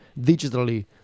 digitally